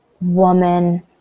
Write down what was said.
woman